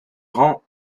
rend